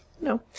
No